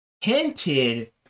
hinted